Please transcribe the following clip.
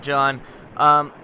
John